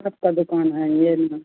आपकी दुकान है यह न